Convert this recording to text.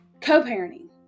co-parenting